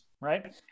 right